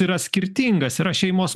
yra skirtingas yra šeimos